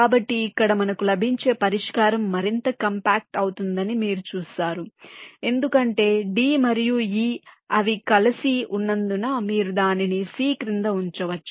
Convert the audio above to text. కాబట్టి ఇక్కడ మనకు లభించే పరిష్కారం మరింత కాంపాక్ట్ అవుతుందని మీరు చూస్తారు ఎందుకంటే d మరియు e అవి కలిసి ఉన్నందున మీరు దానిని c క్రింద ఉంచవచ్చు